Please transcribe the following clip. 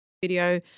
video